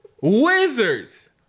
wizards